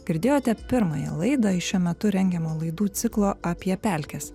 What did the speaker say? girdėjote pirmąją laidą iš šiuo metu rengiamo laidų ciklo apie pelkes